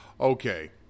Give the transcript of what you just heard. Okay